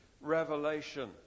revelation